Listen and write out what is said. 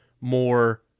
more